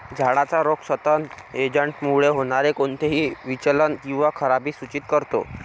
झाडाचा रोग सतत एजंटमुळे होणारे कोणतेही विचलन किंवा खराबी सूचित करतो